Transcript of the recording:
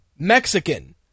Mexican